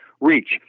reach